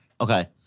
Okay